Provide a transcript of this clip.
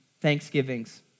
thanksgivings